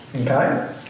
Okay